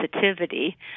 sensitivity